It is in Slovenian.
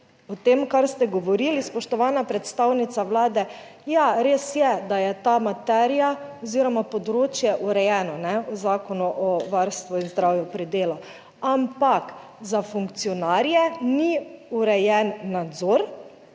o tem, kar ste govorili, spoštovana predstavnica Vlade, ja, res je, da je ta materija oziroma področje urejeno v Zakonu o varstvu in zdravju pri delu, ampak za funkcionarje ni urejen nadzor,